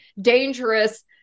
dangerous